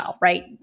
right